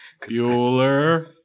Bueller